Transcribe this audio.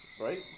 Right